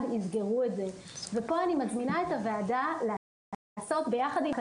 יסגרו את זה ופה אני מזמינה את הוועדה לעשות ביחד עם האקדמיה,